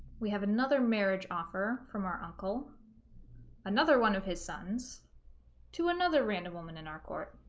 we have another marriage offer from our uncle another one of his sons to another random woman in our court